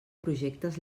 projectes